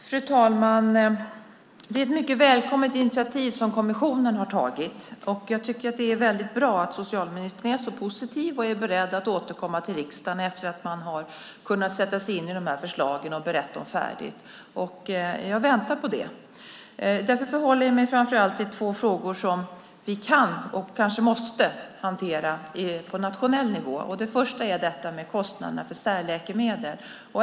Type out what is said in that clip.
Fru talman! Det är ett mycket välkommet initiativ som kommissionen har tagit. Jag tycker att det är väldigt bra att socialministern är så positiv och är beredd att återkomma till riksdagen efter att man har kunnat sätta sig in i de här förslagen och berett dem färdigt. Jag väntar på det. Därför förhåller jag mig framför allt till två frågor som vi kan och kanske måste hantera på nationell nivå. Den första är kostnaderna för särläkemedel.